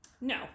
No